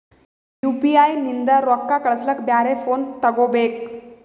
UPI ನಿಂದ ರೊಕ್ಕ ಕಳಸ್ಲಕ ಬ್ಯಾರೆ ಫೋನ ತೋಗೊಬೇಕ?